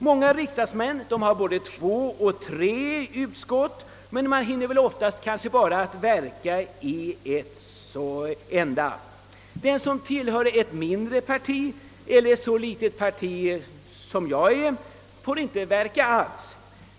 Många riksdagsmän sitter i både två och tre utskott, men oftast hinner de kanske bara verka i ett enda. Den som tillhör ett mindre parti eller ett så litet parti som jag är får inte verka alls.